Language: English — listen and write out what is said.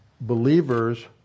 believers